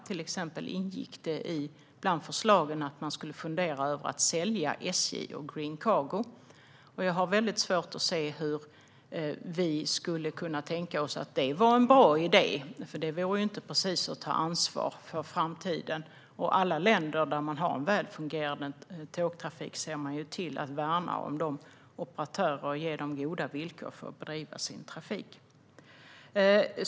Till exempel var ett av förslagen att man skulle fundera över att sälja SJ och Green Cargo. Jag har svårt att se hur vi skulle kunna tycka att det var en bra idé, för det vore ju inte precis att ta ansvar för framtiden. I alla länder där man har en väl fungerande tågtrafik ser man ju till att värna om operatörerna och ge dem goda villkor för att bedriva sina trafik.